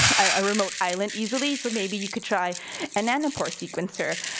a remote island easily, so maybe you could try a nanapore sequencer.